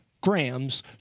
grams